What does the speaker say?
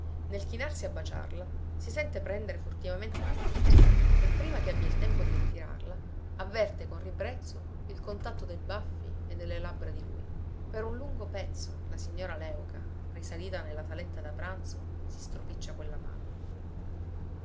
chinarsi a baciarla si sente prendere furtivamente una mano e prima che abbia il tempo di ritirarla avverte con ribrezzo il contatto dei baffi e delle labbra di lui per un lungo pezzo la signora léuca risalita nella saletta da pranzo si stropiccia quella mano